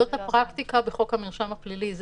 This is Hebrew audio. זאת הפרקטיקה בחוק המרשם הפלילי.